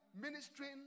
ministering